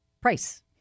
price